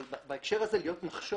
אבל בהקשר הזה להיות נחשון